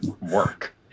work